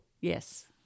yes